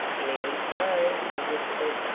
linny's beau, he whispered.